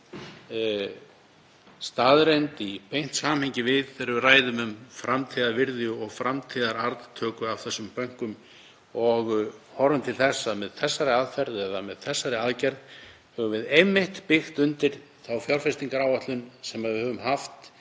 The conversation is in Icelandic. staðreynd í beint samhengi við það þegar við ræðum um framtíðarvirði og framtíðararðtöku af þessum bönkum og horfum til þess að með þessari aðgerð höfum við einmitt byggt undir þá fjárfestingaráætlun sem við höfum haft